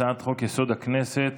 הצעת חוק-יסוד: הכנסת